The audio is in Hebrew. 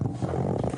בט"פ.